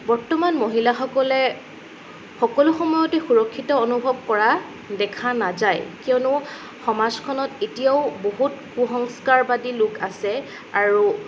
বৰ্তমান মহিলাসকলে সকলো সময়তে সুৰক্ষিত অনুভৱ কৰা দেখা নাযায় কিয়নো সমাজখনত এতিয়াও বহুত কু সংস্কাৰবাদী লোক আছে আৰু